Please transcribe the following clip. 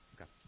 Okay